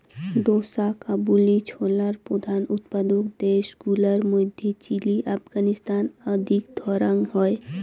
ঢোসা কাবুলি ছোলার প্রধান উৎপাদক দ্যাশ গুলার মইধ্যে চিলি, আফগানিস্তান আদিক ধরাং হই